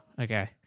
okay